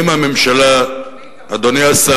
אדוני תפס.